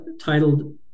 titled